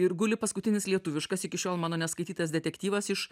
ir guli paskutinis lietuviškas iki šiol mano neskaitytas detektyvas iš